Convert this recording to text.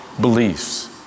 beliefs